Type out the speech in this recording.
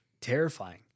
terrifying